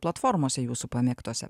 platformose jūsų pamėgtose